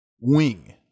wing